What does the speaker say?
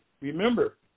remember